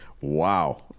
Wow